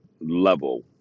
level